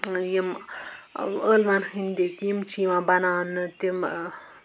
یِم ٲں ٲلوَن ہنٛدۍ یِم چھِ یِوان بَناونہٕ تِم ٲں